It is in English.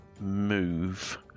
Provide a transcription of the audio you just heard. move